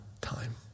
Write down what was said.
time